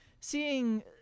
seeing